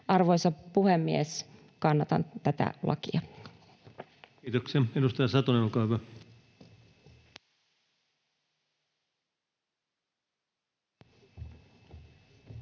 Arvoisa puhemies! Kannatan tätä lakia. Kiitoksia. — Edustaja Satonen, olkaa hyvä.